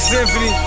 Symphony